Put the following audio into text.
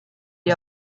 die